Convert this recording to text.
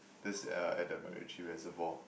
this ah at the MacRitchie Reservoir